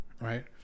right